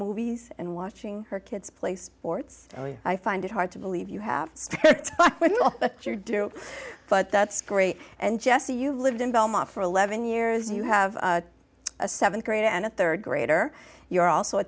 movies and watching her kids play sports i find it hard to believe you have your due but that's great and jesse you lived in belmont for eleven years you have a seventh grader and a third grader you're also a